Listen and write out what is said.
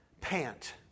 pant